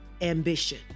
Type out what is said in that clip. ambition